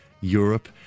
Europe